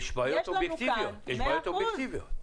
יש בעיות אובייקטיביות.